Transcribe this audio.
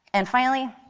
and finally,